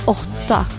åtta